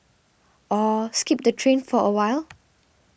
or skip the train for awhile